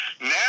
Now